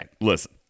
listen